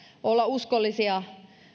olla uskollisia